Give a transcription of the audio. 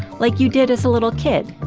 like you did as a little kid.